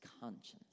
conscience